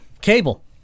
Cable